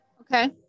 Okay